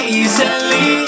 easily